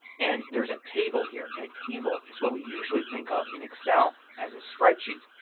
and there's a table here. a table is what we usually think of in excel as a spreadsheet.